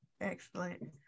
excellent